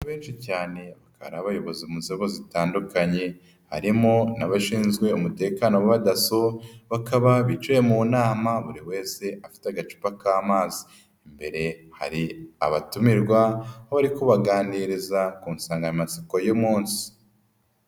Abenshi cyane bakaba ari abayobozi mu nzego zitandukanye, harimo n'abashinzwe umutekano b'abadaso bakaba bicaye mu nama buri wese afite agacupa k'amazi, imbere hari abatumirwa bari kubaganiriza ku nsanganyamatsiko y'umunsi.